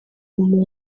umuntu